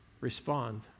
respond